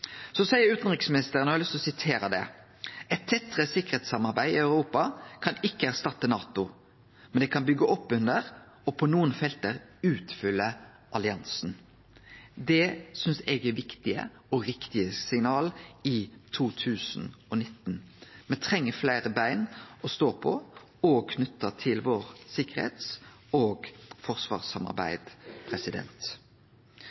har lyst til å sitere det utanriksministeren seier: «Et tettere sikkerhetssamarbeid i Europa kan ikke erstatte NATO, men det kan bygge opp under – og i noen tilfeller utfylle – alliansen.» Det synest eg er viktige og riktige signal i 2019. Me treng fleire bein å stå på, òg knytt til vårt sikkerheits- og